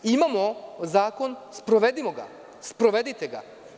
Imamo zakon, sprovedimo ga, sprovedite ga.